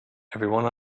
everyone